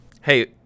Hey